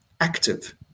active